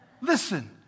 Listen